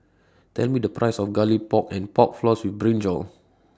Tell Me The Price of Garlic Pork and Pork Floss with Brinjal